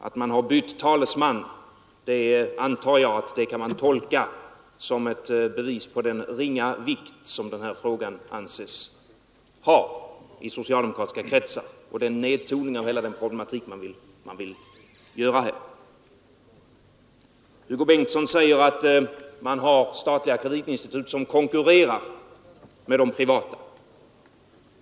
Att man har bytt talesman antar jag att man kan tolka såsom ett bevis på den ringa vikt som den här frågan anses ha i socialdemokratiska kretsar och den nedtoning av hela problematiken som man vill göra här. Hugo Bengtsson säger att man har statliga kreditinstitut som konkurrerar med de privata.